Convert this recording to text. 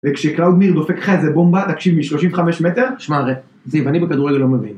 וכשקלאוד מיר דופק לך איזה בומבה, תקשיב, מ-35 מטר? שמע, רי, זה יווני בכדור הזה לא מבין.